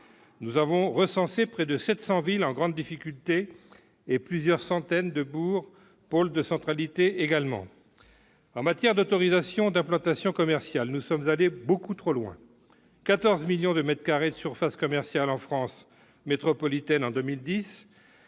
Nous avons recensé près de 700 villes en grande difficulté et plusieurs centaines de bourgs pôles de centralité qui le sont également. En matière d'autorisations d'implantations commerciales, nous sommes allés beaucoup trop loin : 14 millions de mètres carrés de surfaces commerciales en France métropolitaine en 2010,